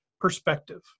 perspective